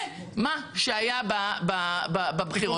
זה מה שהיה בבחירות.